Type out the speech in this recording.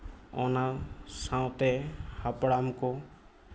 ᱚᱱᱟ ᱥᱟᱶᱛᱮ ᱦᱟᱯᱲᱟᱢ ᱠᱚ